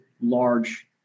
large